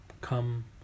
come